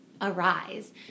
arise